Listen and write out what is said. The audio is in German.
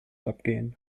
abgehen